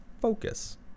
focus